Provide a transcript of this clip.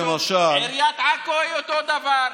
עיריית עכו, אותו הדבר.